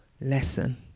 lesson